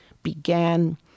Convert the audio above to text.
began